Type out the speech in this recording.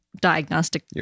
diagnostic